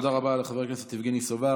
תודה רבה לחבר הכנסת יבגני סובה.